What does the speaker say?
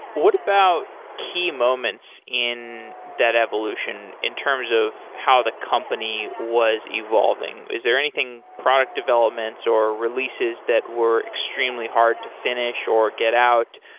what about key moments in that evolution in terms of how the company was evolving. was there anything product developments, or releases that were extremely hard to finish or get out,